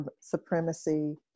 supremacy